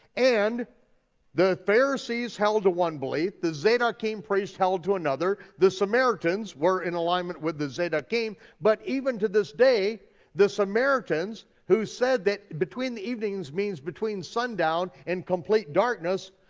and the pharisees held to one belief, the zadokine priests held to another, the samaritans were in alignment with the zadokine, but even to this day the samaritans who said that between the evenings means between sundown and complete darkness,